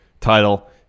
title